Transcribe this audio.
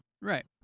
Right